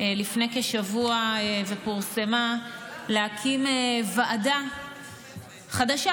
לפני כשבוע, ופורסמה: להקים ועדה חדשה